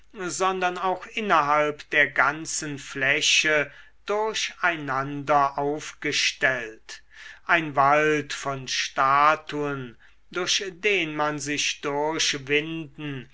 sondern auch innerhalb der ganzen fläche durch einander aufgestellt ein wald von statuen durch den man sich durchwinden